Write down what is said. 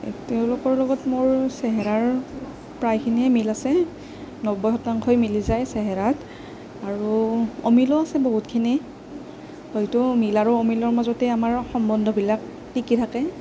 তেওঁলোকৰ লগত মোৰ চেহেৰাৰ প্ৰায়খিনিয়ে মিল আছে নব্বৈ শতাংশই মিলি যায় চেহেৰাত আৰু অমিলো আছে বহুতখিনি হয়তো মিল আৰু অমিলৰ মাজতে আমাৰ সম্বন্ধবিলাক টিকি থাকে